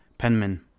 Penman